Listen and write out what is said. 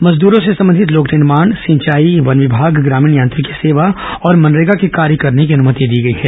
मजदूरो से संबंधित लोक निर्माण सिंचाई वन विभाग ग्रामीण यांत्रिकी सेवा और मनरेगा के कार्य करने की अनुमति दी गई है